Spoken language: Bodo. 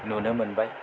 नुनो मोनबाय